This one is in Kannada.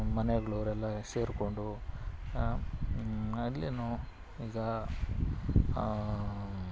ಮನೆಗಳೋರೆಲ್ಲ ಸೇರಿಕೊಂಡು ಅಲ್ಲಿಯೂ ಈಗ